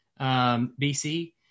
BC